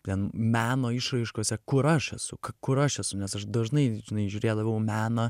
vien meno išraiškose kur aš esu kur aš esu nes aš dažnai neįžiūrėdavau meną